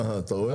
אה, אתה רואה?